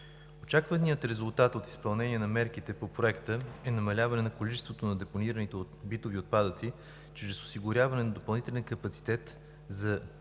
очакваният резултат от изпълнение на мерките по Проекта е намаляване на количеството на депонираните битови отпадъци чрез осигуряване на допълнителен капацитет за